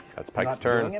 that's pike's turn.